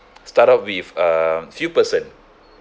start off with uh few person